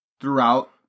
throughout